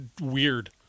weird